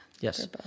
Yes